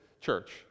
Church